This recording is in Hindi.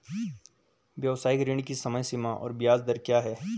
व्यावसायिक ऋण की समय सीमा और ब्याज दर क्या है?